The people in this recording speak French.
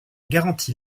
garantit